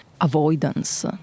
avoidance